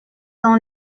dans